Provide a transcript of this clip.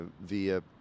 via